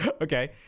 Okay